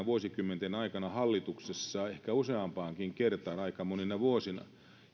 vuosikymmenten aikana hallituksessa ehkä useampaankin kertaan aika monina vuosina